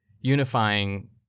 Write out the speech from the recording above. unifying